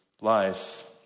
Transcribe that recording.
life